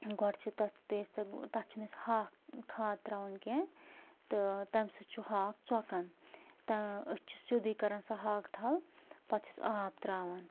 گۄڈٕ چھِ تتھ تہٕ یُس تُہۍ تتھ چھِنہٕ أسۍ ہاکھ کھاد ترٛاوان کینٛہہ تہٕ تمہِ سۭتۍ چھِ ہاکھ ژۄکان تہٕ أسۍ چھِ سیٚودُے کران سۄ ہاکہٕ تھل پتہٕ چھِس آب ترٛاوان